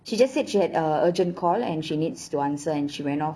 she just said she had a urgent call and she needs to answer and she ran off